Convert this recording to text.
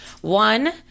One